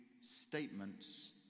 statements